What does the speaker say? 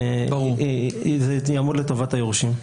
וזה יעמוד לטובת היורשים.